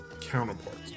counterparts